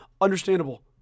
Understandable